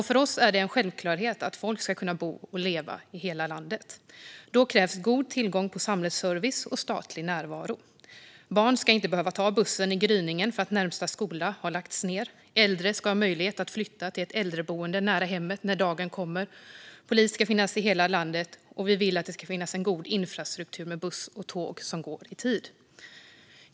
För oss är det en självklarhet att folk ska kunna bo och leva i hela landet. Då krävs god tillgång på samhällsservice och statlig närvaro. Barn ska inte behöva ta bussen i gryningen för att närmsta skola har lagts ned. Äldre ska ha möjlighet att flytta till ett äldreboende nära hemmet när den dagen kommer. Polis ska finnas i hela landet. Och vi vill att det ska finnas en god infrastruktur med bussar och tåg som går i tid.